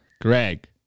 Greg